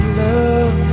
love